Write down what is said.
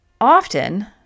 often